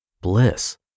Bliss